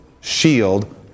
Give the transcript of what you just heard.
shield